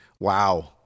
Wow